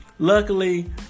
Luckily